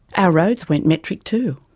our roads went metric too.